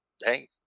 hey